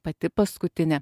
pati paskutinė